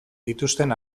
dituzten